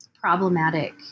problematic